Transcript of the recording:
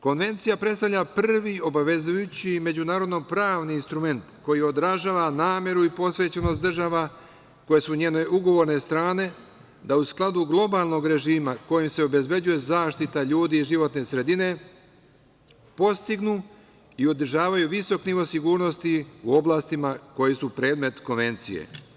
Konvencija predstavlja prvi obavezujući međunarodno-pravni instrument koji odražava nameru i posvećenost država koje su u njene ugovorne strane, da u skladu globalnog režima, kojim se obezbeđuje zaštita ljudi i životne sredine, postignu i održavaju visok nivo sigurnosti u oblastima koje su predmet Konvencije.